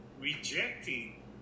rejecting